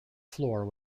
floor